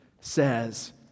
says